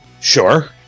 sure